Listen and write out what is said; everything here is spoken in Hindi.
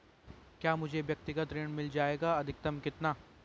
क्या मुझे व्यक्तिगत ऋण मिल जायेगा अधिकतम कितना?